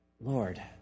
Lord